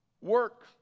work